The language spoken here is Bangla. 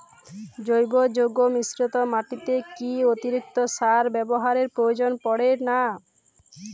জৈব যৌগ মিশ্রিত মাটিতে কি অতিরিক্ত সার ব্যবহারের প্রয়োজন পড়ে না?